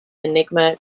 enigma